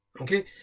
Okay